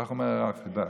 כך אמר הרב חיד"א.